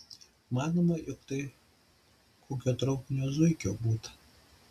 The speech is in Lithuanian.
manoma jog tai kokio traukinio zuikio būta